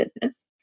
business